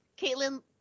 Caitlin